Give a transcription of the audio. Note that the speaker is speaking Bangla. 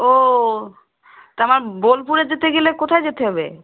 ও তা আমার বোলপুরে যেতে গেলে কোথায় যেতে হবে